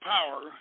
Power